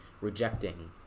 rejecting